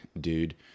dude